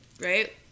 right